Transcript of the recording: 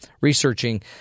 researching